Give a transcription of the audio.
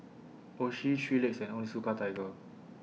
Oishi three Legs and Onitsuka Tiger